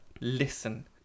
Listen